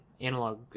analog